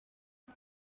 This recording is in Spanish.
los